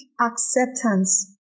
acceptance